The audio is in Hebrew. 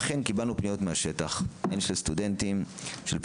אכן קיבלנו פניות מהשטח הן מסטודנטים והן